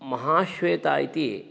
महाश्वेता इति